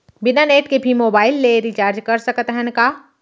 बिना नेट के भी मोबाइल ले रिचार्ज कर सकत हन का?